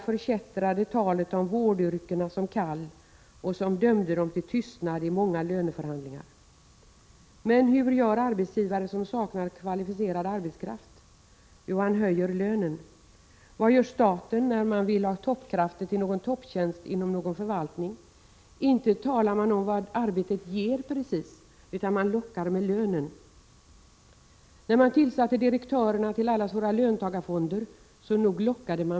Några av projekten kommer under våren att redovisas i socialdepartementets skriftserie ”Social Hemtjänst”. Skriftserien vänder sig främst till personal i hemtjänsten i syfte att ge tips och erfarenheter för att förbättra hemtjänstens kvalitet.